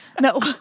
No